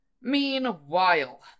Meanwhile